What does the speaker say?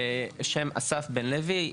אני אסף בן לוי,